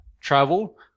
travel